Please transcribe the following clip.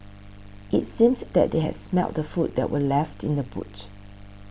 it seemed that they had smelt the food that were left in the boot